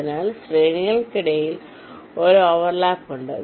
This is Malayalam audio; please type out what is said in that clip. അതിനാൽ ശ്രേണികൾക്കിടയിൽ ഒരു ഓവർലാപ്പ് ഉണ്ട്